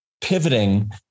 pivoting